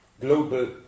global